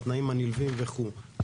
והתנאים הנלווים וכו'.